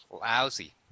lousy